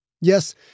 Yes